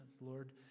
Lord